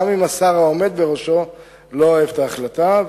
גם אם השר העומד בראשו לא אוהב את ההחלטה.